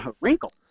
wrinkle